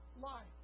life